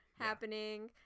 happening